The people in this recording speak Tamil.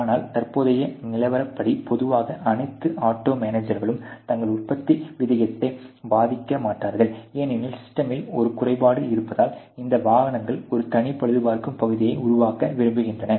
ஆனால் தற்போதைய நிலவரப்படி பொதுவாக அனைத்து ஆட்டோ மேஜர்களும் தங்கள் உற்பத்தி விகிதத்தை பாதிக்க மாட்டார்கள் ஏனெனில் சிஸ்டெமில் ஒரு குறைபாடு இருப்பதால் இந்த வாகனங்கள் ஒரு தனி பழுதுபார்க்கும் பகுதியை உருவாக்க விரும்புகின்றன